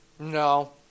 No